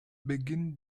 beginn